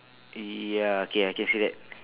ya okay I can see that